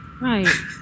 Right